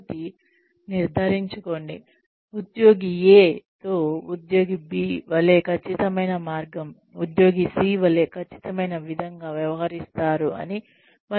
కాబట్టి ఉద్యోగి A ను ఉద్యోగి B వలెనే పరిగణిస్తారని అదే విధంగా B ఉద్యోగిని C లాగానే పరిగణిస్తారని నిర్ధారించుకోండి